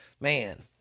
man